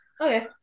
Okay